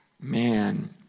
man